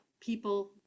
people